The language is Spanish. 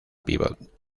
pívot